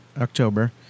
October